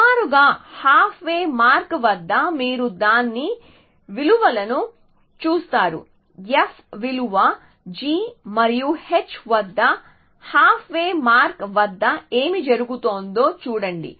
సుమారుగా half way mark వద్ద మీరు దాని విలువలను చూస్తారు f విలువ g మరియు h వద్ద హాఫ్ వే మార్క్ వద్ద ఏమి జరుగుతుందో చూడండి